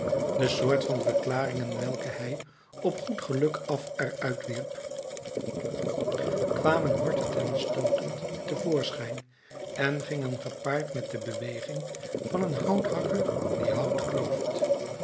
de soort van verklaringen welke hij op goed geluk af er uit wierp kwamen hortend en stootend te voorschijn en gingen gepaard met de beweging van een houthakker die hout klooft